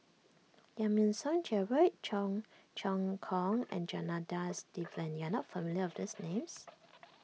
Giam Yean Song Gerald Cheong Choong Kong and Janadas Devan you are not familiar with these names